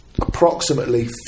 approximately